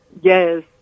Yes